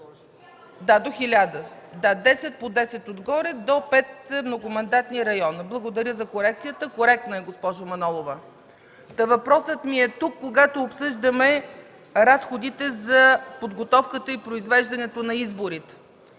Да, до 1000. Десет по десет отгоре, до пет многомандатни района. Благодаря за корекцията. Коректна е, госпожо Манолова. Въпросът ми е: тук, когато обсъждаме разходите за подготовката и произвеждането на изборите,